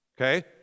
okay